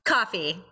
Coffee